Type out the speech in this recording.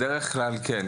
בדרך כלל כן.